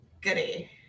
goody